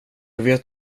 vet